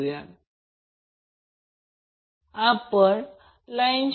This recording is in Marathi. तर मला झूम वाढवू द्या